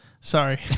sorry